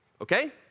okay